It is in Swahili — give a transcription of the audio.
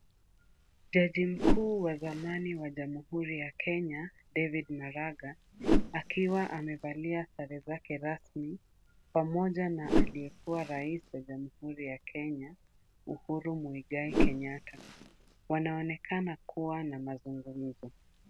Jaji mkuu wa zamani wa jamhuri ya Kenya David Maraga akiwa amevalia sare zake rasmi pamoja na aliyekuwa rais wa jamhuri ya Kenya Uhuru Mwigai Kenyatta wanaonekana kuwa na mazungumzo.